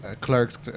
Clerks